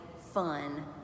fun